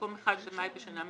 במקום "1 במאי בשנה מסוימת"